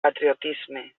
patriotisme